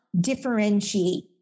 differentiate